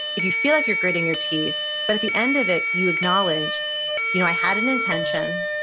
if you feel like you're gritting your teeth, but at the end of it, you acknowledge you know i had an intention,